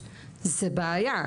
זה בעיה.